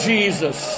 Jesus